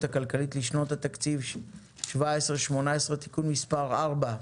הכלכלית לשנות התקציב 2017 ו-2018) (תיקון מס' 4)